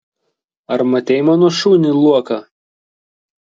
ar matei mano šunį luoką